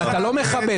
אתה לא מכבד.